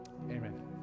Amen